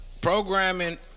programming